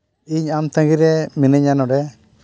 ᱤᱧ ᱟᱢ ᱛᱟᱹᱜᱤ ᱨᱮ ᱢᱮᱱᱟᱹᱧᱟ ᱱᱚᱰᱮ